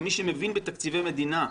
למי שמבין בתקציבי מדינה,